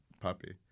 puppy